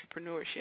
entrepreneurship